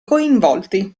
coinvolti